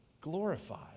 glorified